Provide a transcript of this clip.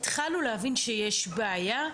התחלנו להבין שיש בעיה.